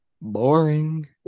boring